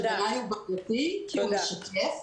שבעיניי הוא בפרטי כי הוא משתף.